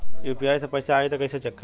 UPI से पैसा आई त कइसे चेक करब?